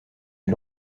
des